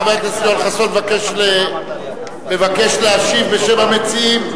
חבר הכנסת יואל חסון מבקש להשיב בשם המציעים,